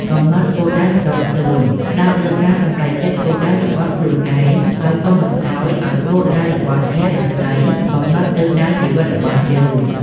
កំណត់គោលដៅផ្ទាល់ខ្លួន ផ្តោតលើការសម្រេចគោលដៅរបស់ខ្លួនឯង ហើយកុំបណ្តោយឲ្យគោលដៅរបស់អ្នកដទៃកំណត់ទិសដៅជីវិតរបស់យើង។